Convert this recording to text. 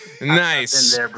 nice